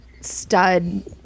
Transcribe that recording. stud